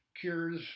cures